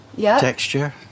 texture